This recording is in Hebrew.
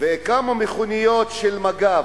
וכמה מכוניות של מג"ב.